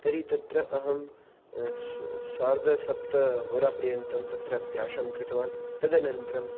तर्हि तत्र अहं सार्धसप्तहोरापर्यन्तं तत्र अभ्यासं कृतवान् तदनन्तरं